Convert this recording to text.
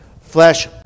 flesh